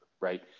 Right